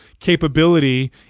capability